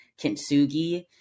kintsugi